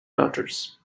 daughters